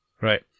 Right